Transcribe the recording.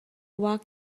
walk